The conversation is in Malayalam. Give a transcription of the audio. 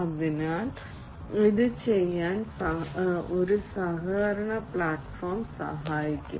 അതിനാൽ ഇത് ചെയ്യാൻ ഒരു സഹകരണ പ്ലാറ്റ്ഫോം സഹായിക്കും